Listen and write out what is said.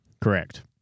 Correct